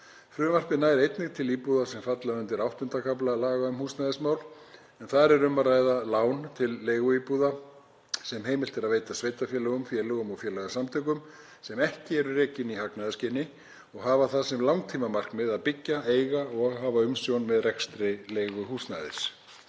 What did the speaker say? Frumvarpið nær einnig til íbúða sem falla undir VIII. kafla laga um húsnæðismál en þar er um að ræða lán til leiguíbúða sem heimilt er að veita sveitarfélögum, félögum og félagasamtökum sem ekki eru rekin í hagnaðarskyni og hafa það sem langtímamarkmið að byggja, eiga og hafa umsjón með rekstri leiguhúsnæðis.